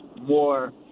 more